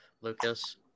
Lucas